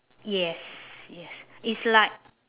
yes yes it's like